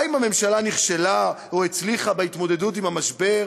האם הממשלה נכשלה, או הצליחה בהתמודדות עם המשבר?